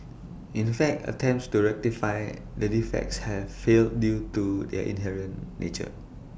in fact attempts to rectify the defects have failed due to their inherent nature